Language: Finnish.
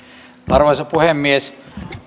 arvoisa puhemies